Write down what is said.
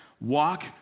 walk